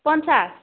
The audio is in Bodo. पन्सास